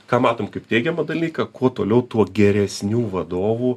ką matom kaip teigiamą dalyką kuo toliau tuo geresnių vadovų